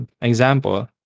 example